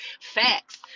Facts